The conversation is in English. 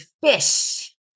fish